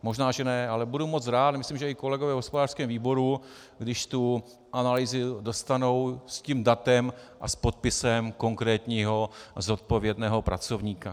Možná že ne, ale budu moc rád a myslím, že i kolegové v hospodářském výboru, když analýzu dostanou s tím datem a podpisem konkrétního zodpovědného pracovníka.